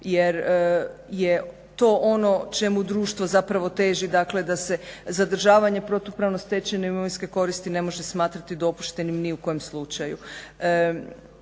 jer je to ono čemu društvo zapravo teži, dakle da se zadržavanje protupravno stečene imovinske koristi ne može smatrati dopuštenim ni u kojem slučaju.